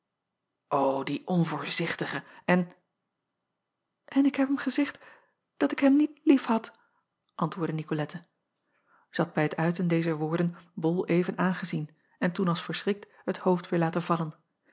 die onvoorzichtige en n ik heb hem gezegd dat ik hem niet liefhad antwoordde icolette ij had bij het uiten dezer woorden ol even aangezien en toen als verschrikt het hoofd weêr laten vallen